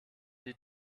die